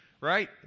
right